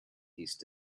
east